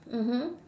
mmhmm